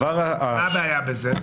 מה הבעיה בזה?